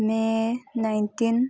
may nineteen